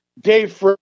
Dave